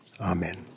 Amen